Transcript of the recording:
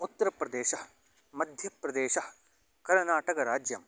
उत्तरप्रदेशः मध्यप्रदेशः कर्नाटकराज्यम्